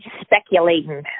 Speculating